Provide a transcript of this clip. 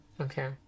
Okay